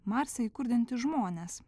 marse įkurdinti žmones